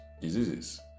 diseases